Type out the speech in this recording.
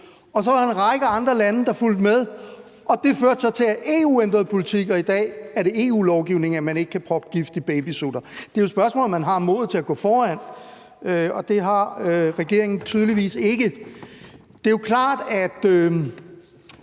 Og så var der en lang række andre lande, der fulgte med, og det førte så til, at EU ændrede politik, og i dag er det EU-lovgivning, at man ikke kan proppe gift i babysutter. Det er jo et spørgsmål om, om man har modet til at gå foran, og det har regeringen tydeligvis ikke. Det er jo klart, at